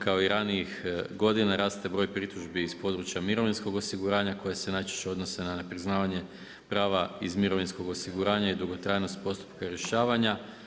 Kao i ranijih godina raste broj pritužbi iz područja mirovinskog osiguranja koje se najčešće odnose na priznavanje prava iz mirovinskog osiguranja i dugotrajnost postupka rješavanje.